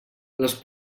les